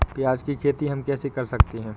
प्याज की खेती हम कैसे कर सकते हैं?